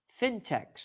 fintechs